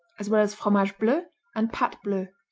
as well as fromage bleu and pate bleue.